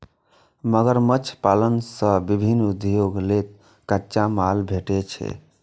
मगरमच्छ पालन सं विभिन्न उद्योग लेल कच्चा माल भेटै छै